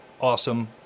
Awesome